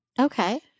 Okay